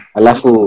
alafu